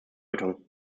bedeutung